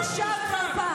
התפטר.